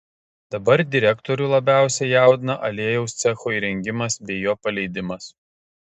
dabar direktorių labiausiai jaudina aliejaus cecho įrengimas bei jo paleidimas